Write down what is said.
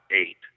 eight